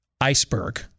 iceberg